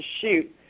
shoot